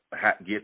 get